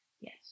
Yes